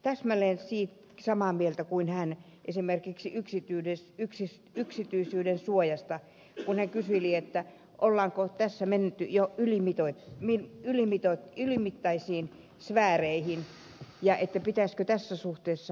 täsmälleen samaa mieltä kuin hän esimerkiksi yksityisyyden suojasta kun hän kyseli ollaanko tässä menty jo ylimittaisiin sfääreihin ja pitäisikö tässä suhteessa ajattelutapaa muuttaa